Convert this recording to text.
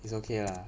it's okay lah